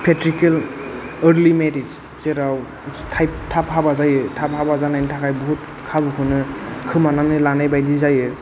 ventricle early marriage जेराव थाब हाबा जायो थाब हाबा जानायनि थाखाय बुहुद खाबुखौनो खोमानानै लानाय बादि जायो